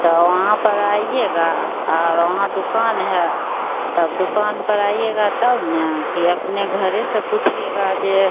तो वहाँ पर आइएगा और वहाँ दुकान है तब दुकान पर आइएगा तब ना कि अपने घरे से पूछिएगा जे